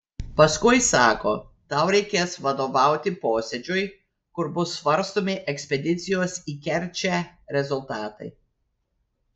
paskui sako tau reikės vadovauti posėdžiui kur bus svarstomi ekspedicijos į kerčę rezultatai